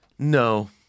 No